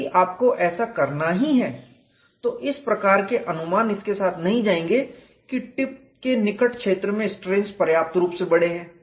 यदि आपको ऐसा करना ही है तो इस प्रकार के अनुमान इसके साथ नहीं जाएंगे कि टिप के निकट क्षेत्र में स्ट्रेनस् पर्याप्त रूप से बड़े हैं